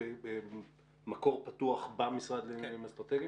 מקור פתוח במשרד לעניינים אסטרטגיים?